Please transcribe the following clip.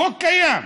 החוק קיים.